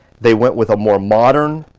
they went with a more modern.